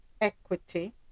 equity